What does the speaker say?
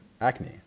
acne